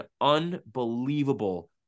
unbelievable